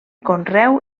conreu